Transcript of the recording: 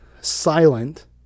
silent